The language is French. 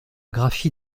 graphie